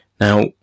now